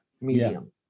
medium